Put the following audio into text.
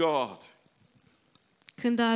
God